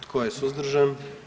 Tko je suzdržan?